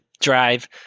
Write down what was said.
drive